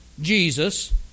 Jesus